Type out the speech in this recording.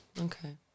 Okay